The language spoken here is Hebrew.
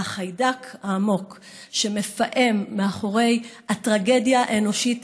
והחיידק העמוק שמפעם מאחורי הטרגדיה האנושית